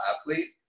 athlete